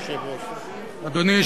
אדוני,